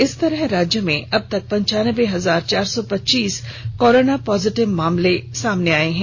इस तरह राज्य में अबतक पन्चान्बे हजार चार सौ पच्चीस कोरोना पॉजिटिव मामले मिल चुके हैं